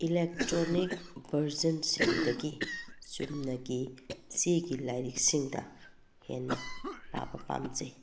electronic ꯚꯔꯖꯟꯁꯤꯡꯗꯒꯤ ꯆꯨꯝꯅꯒꯤ ꯆꯦꯒꯤ ꯂꯥꯏꯔꯤꯛꯁꯤꯡꯗ ꯍꯦꯟꯅ ꯄꯥꯕ ꯄꯥꯝꯖꯩ